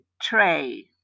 tray